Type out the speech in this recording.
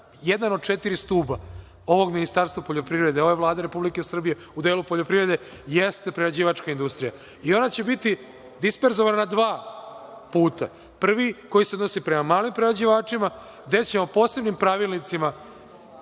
jedan od četiri stuba ovog ministarstva poljoprivrede, ove Vlade Republike Srbije u delu poljoprivrede, jeste prerađivačka industrija. Ona će biti disperzovana na dva puta. Prvi koji se odnosi prema malim prerađivačima, gde ćemo posebnim pravilnicima